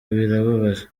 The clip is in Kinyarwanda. birababaje